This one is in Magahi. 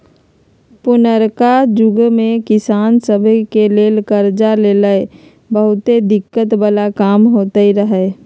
पुरनका जुग में किसान सभ के लेल करजा लेनाइ बहुते दिक्कत् बला काम होइत रहै